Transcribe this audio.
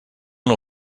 nou